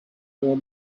your